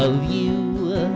oh you